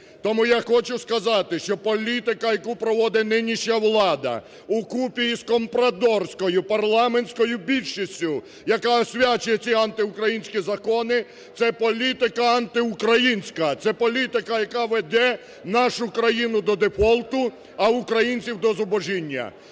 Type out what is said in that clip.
Тому я хочу сказати, що політика, яку проводить нинішня влада укупі із компрадорською парламентською більшістю, яка освячується, і антиукраїнські закони, – це політика антиукраїнська, це політика, яка веде нашу країну до дефолту, а українців – до зубожіння!